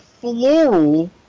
floral